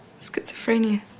Schizophrenia